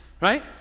right